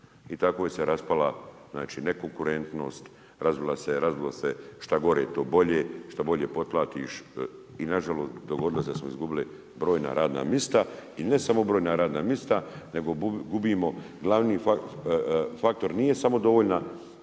I tako je se razvila, znači nekonkurentnost, razvilo se šta gore to bolje, šta bolje potplatiš i nažalost dogodilo se da smo izgubili brojna radna mista i ne samo brojna radna mista, nego gubimo glavni faktor, nije samo dovoljna